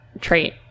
trait